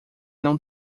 não